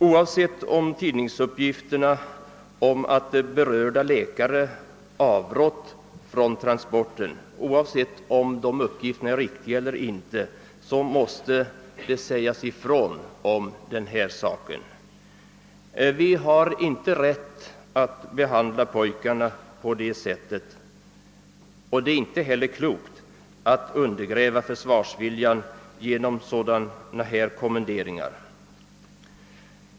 Oavsett om tidningsuppgifterna att berörda läkare avrått från transporten är riktiga eller inte måste det sägas ifrån om saken. Vi har inte rätt att behandla pojkarna på detta sätt, och det är inte heller klokt att undergräva försvarsviljan genom sådana här kommenderingar.